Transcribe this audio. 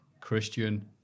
Christian